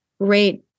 great